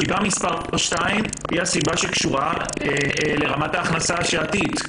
הסיבה השנייה קשורה לרמת ההכנסה השעתית,